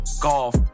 golf